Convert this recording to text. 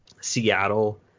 Seattle